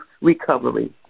recovery